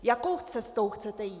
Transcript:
Jakou cestou chcete jít?